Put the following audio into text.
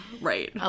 right